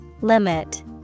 Limit